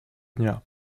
дня